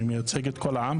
אני מייצג את כל העם,